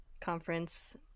conference